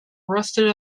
arrested